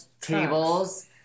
tables